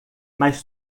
mas